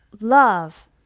love